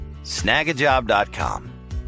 Snagajob.com